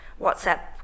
WhatsApp